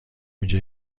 اینجا